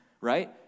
right